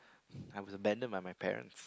I was abandoned by my parent